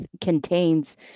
contains